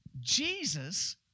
Jesus